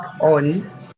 on